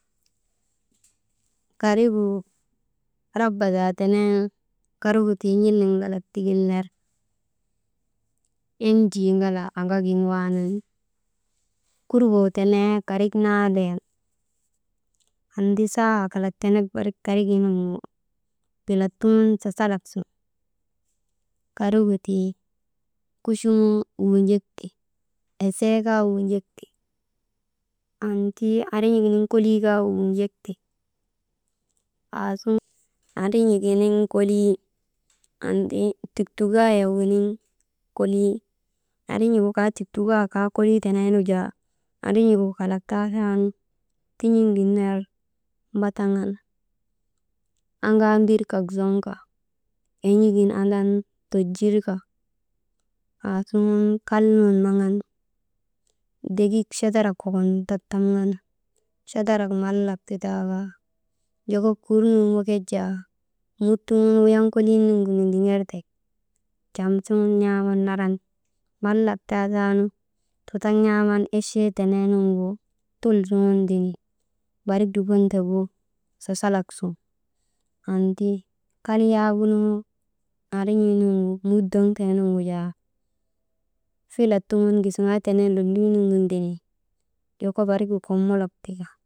Karigu raba daa teneenu karigu tii n̰iliŋalak tigin ner enjii ŋalaa aŋagin waanan, kurboo tenee karik naa ndriyan annti saahak kalak tenek barik kariginiŋ bilat suŋun sasalak sun, karigu tii kuchumuu wunjek ti, esee kaa wunjek ti, annti andrin̰ik giniŋ kolii kaa wunjek ti, aasuŋun andrin̰I giniŋ kolii, annti tuktukaayek giniŋ kolii, andrin̰igu kaa, tuktukayek gu kaa kolii teneenu jaa, andrin̰igu kalak kaatan tin̰iŋ gin ner mbataŋan aŋaa mbir kak zuŋka en̰igin andan tojirka aasuŋun kal nun naŋan degik chadarak kokon tattamŋan, chadarak mallak titaakaa joko kur nurŋok yak jaa mut tuŋun wuyan kolii nuŋgu nidigertek cam suŋu n̰aaman naran mallak taa taanu tutuk n̰aaman echee teneenuŋgu tul suŋun ndenin barik drubontegu sasalak sun anti kal yaagunu andrun̰iinuŋgu mut doŋ teenu jaa filat tuŋu gisiŋaa tenee lolii nuŋgu ndenin joko barigu kommolok tika.